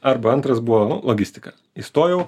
arba antras buvo nu logistika įstojau